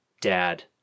dad